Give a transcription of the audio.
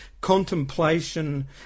contemplation